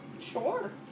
Sure